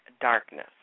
darkness